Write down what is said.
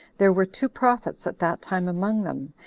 there were two prophets at that time among them,